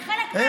זה חלק מהחוק.